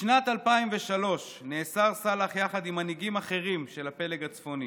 בשנת 2003 נאסר סלאח יחד עם מנהיגים אחרים של הפלג הצפוני